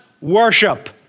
worship